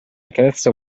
accarezza